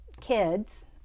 kids